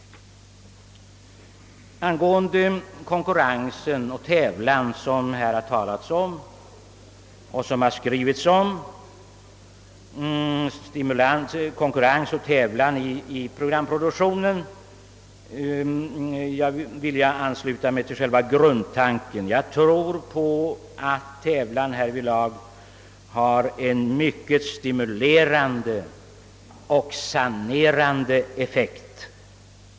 Angående konkurrens och tävlan i programproduktionen, som det har talats och skrivits mycket om, vill jag ansluta mig till själva grundtanken. Jag tror på att tävlan härvidlag har en mycket stimulerande och sanerande effekt.